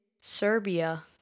serbia